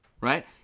right